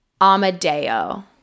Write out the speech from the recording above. Amadeo